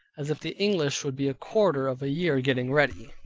as if the english would be a quarter of a year getting ready.